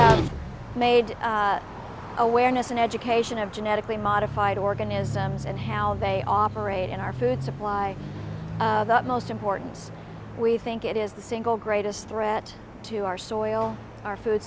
it made awareness and education of genetically modified organisms and how they operate in our food supply that most important we think it is the single greatest threat to our soil our food